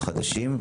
החדשים,